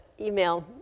email